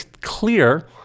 clear